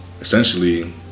essentially